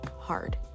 hard